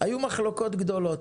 והיו מחלוקות גדולות.